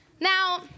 Now